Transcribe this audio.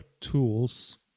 tools